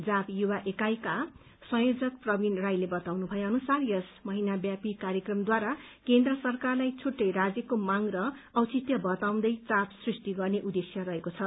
जाप युवा एकाईका संयोजक प्रवीण राईले बताउनु भए अनुसार यस महिनाव्यापी कार्यक्रमद्वारा केन्द्र सरकारलाई छुट्टै राज्यको माग र औचित्य बताउँदै चाप सृष्टि गर्ने उद्देश्य रहेको छ